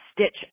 stitch